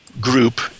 group